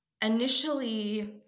initially